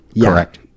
Correct